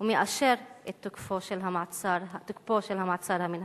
ומאשר את תוקפו של המעצר המינהלי.